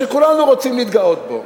שכולנו רוצים להתגאות בו.